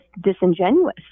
disingenuous